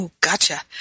Gotcha